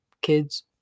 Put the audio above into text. kids